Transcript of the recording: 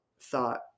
thought